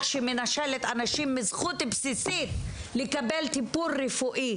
שמנשלת אנשים מזכות בסיסית לקבל טיפול רפואי.